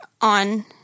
on